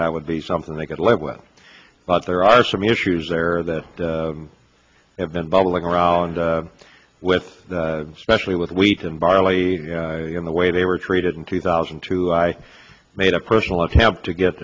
that would be something they could live with but there are some issues there that have been bubbling around with especially with wheat and barley in the way they were treated in two thousand and two i made a personal attempt to get